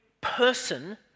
person